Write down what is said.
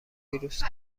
ویروس